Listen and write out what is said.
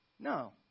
No